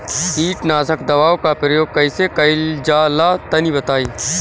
कीटनाशक दवाओं का प्रयोग कईसे कइल जा ला तनि बताई?